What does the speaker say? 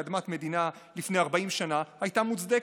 כאדמת מדינה לפני 40 שנה הייתה מוצדקת.